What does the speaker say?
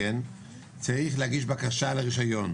צריך להגיש בקשה לרישיון.